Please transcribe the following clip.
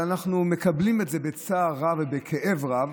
אנחנו מקבלים את זה בצער רב ובכאב רב,